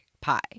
pie